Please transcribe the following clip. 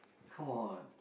come on